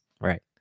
right